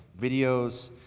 videos